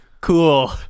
cool